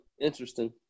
Interesting